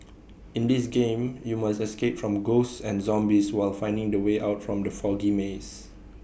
in this game you must escape from ghosts and zombies while finding the way out from the foggy maze